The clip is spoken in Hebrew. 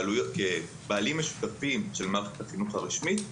כבעלים משותפים של מערכת החינוך הרשמית,